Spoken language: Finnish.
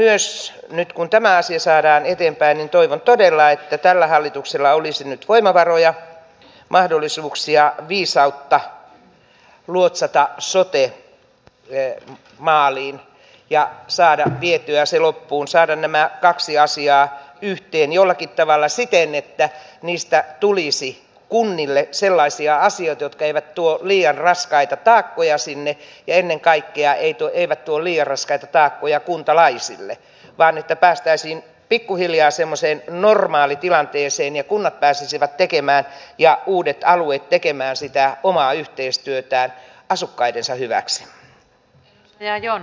myös nyt kun tämä asia saadaan eteenpäin toivon todella että tällä hallituksella olisi voimavaroja mahdollisuuksia viisautta luotsata sote maaliin ja saada vietyä se loppuun saada nämä kaksi asiaa yhteen jollakin tavalla siten että niistä tulisi kunnille sellaisia asioita jotka eivät tuo liian raskaita taakkoja sinne ja ennen kaikkea eivät tuo liian raskaita taakkoja kuntalaisille vaan että päästäisiin pikkuhiljaa semmoiseen normaalitilanteeseen ja kunnat pääsisivät tekemään ja uudet alueet tekemään sitä omaa yhteistyötään asukkaidensa hyväksi